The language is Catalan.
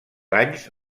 anys